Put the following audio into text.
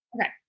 Okay